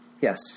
Yes